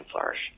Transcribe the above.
flourish